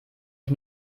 ich